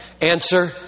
Answer